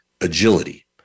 agility